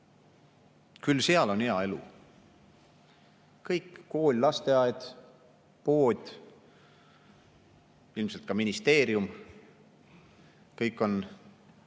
küll seal on hea elu, kõik – kool, lasteaed, pood, ilmselt ka ministeerium – on